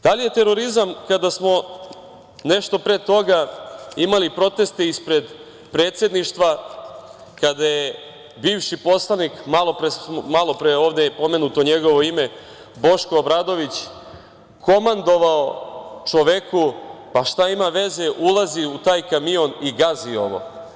Da li je terorizam kada smo nešto pre toga imali proteste ispred Predsedništva, kada je bivši poslanik, malo pre je ovde pomenuto njegovo ime, Boško Obradović, komandovao čoveku – šta ima veze, ulazi u taj kamion i gazi ovo?